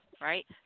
right